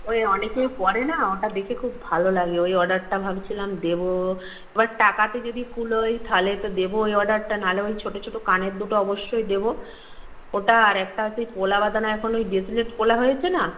ওই অনেকেই পরে না ওটা দেখে খুব ভালো লাগে ওই অর্ডারটা ভাবছিলাম দেব এবার টাকাতে যদি কুলোয় তাহলে তো দেবই অর্ডারটা নাহলে ওই ছোটো ছোটো কানের দুটো অবশ্যই দেব ওটা আর একটা হচ্ছে ওই পলা বাঁধানো এখন ওই ব্রেসলেট পলা হয়েছে না